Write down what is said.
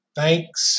thanks